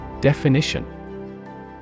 Definition